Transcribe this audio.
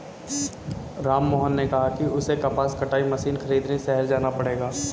राममोहन ने कहा कि उसे कपास कटाई मशीन खरीदने शहर जाना पड़ेगा